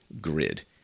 grid